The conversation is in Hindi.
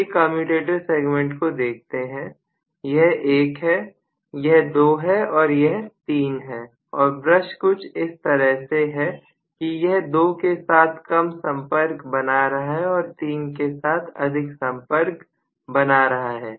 चलिए कमयुटेटर सेगमेंट को देखते हैं यह 1 है यह 2 है यह 3 है और ब्रश कुछ इस तरह से है कि वह 2 के साथ कम संपर्क बना रहा है और 3 के साथ अधिक संपर्क बना रहा है